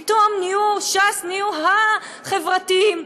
פתאום ש"ס נהיו החברתיים.